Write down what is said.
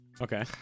Okay